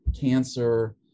cancer